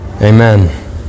Amen